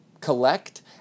collect